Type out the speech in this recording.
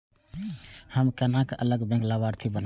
हम केना अलग बैंक लाभार्थी बनब?